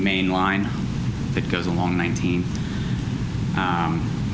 main line that goes along nineteen